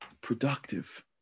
productive